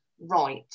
right